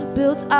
Built